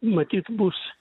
matyt bus